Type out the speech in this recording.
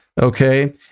Okay